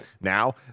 now